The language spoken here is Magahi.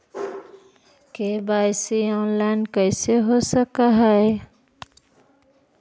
के.वाई.सी ऑनलाइन कैसे हो सक है?